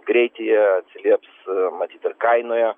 greityje atsilieps matyt ir kainoje